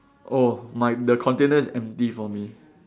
oh my the container is empty for me